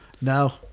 No